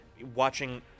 watching